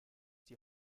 die